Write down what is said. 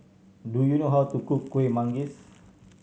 do you know how to cook Kuih Manggis